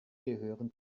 gehören